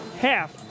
half